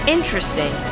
Interesting